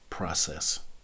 process